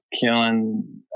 killing